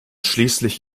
schließlich